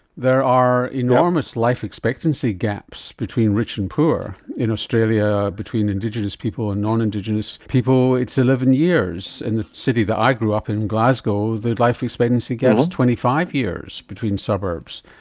there are enormous life expectancy gaps between rich and poor, in australia between indigenous people and non-indigenous people it's eleven years. in the city that i grew up in, glasgow, the life expectancy gap is twenty five years between suburbs.